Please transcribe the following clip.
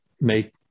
make